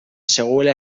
zegoela